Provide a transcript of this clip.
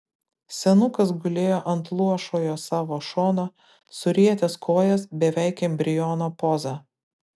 senukas gulėjo ant luošojo savo šono surietęs kojas beveik embriono poza